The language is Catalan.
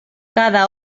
cada